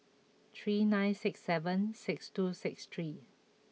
three nine six seven six two six three